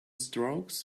strokes